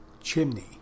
Chimney